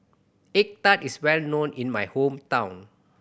egg tart is well known in my hometown